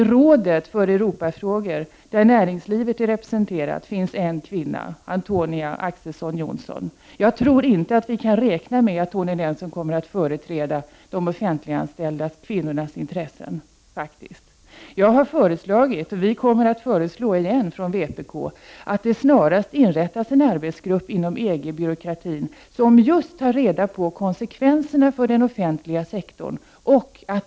I rådet för Europafrågor, där näringslivet är representerat, finns en kvinna, Antonia Ax:son Johnsson. Jag tror faktiskt inte att vi kan räkna med att hon kommer att företräda de offentliganställda kvinnornas intressen. Jag har föreslagit, och vi kommer att föreslå igen från vpk, att det snarast inrättas en arbetsgrupp inom EG-byråkratin, som just tar reda på konsekvenserna för den offentliga sektorn.